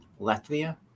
latvia